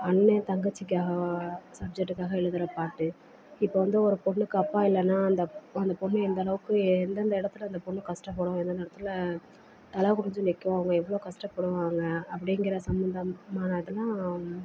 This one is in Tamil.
அண்ணே தங்கச்சி க சப்ஜெட்டுக்காக எழுதுற பாட்டு இப்போ வந்து ஒரு பொண்ணுக்கு அப்பா இல்லைன்னா அந்த அந்த பொண்ணு எந்தளவுக்கு எந்தெந்த இடத்துல அந்த பொண்ணு கஷ்டப்படும் எந்தெந்த இடத்துல தலை குனிஞ்சி நிற்கும் அங்கே எவ்வளோ கஷ்டப்படுவாங்க அப்படிங்குற சம்பந்தமானதுலாம்